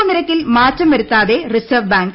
repo നിരക്കിൽ മാറ്റം വരുത്താതെ റിസർവ് ബാങ്ക്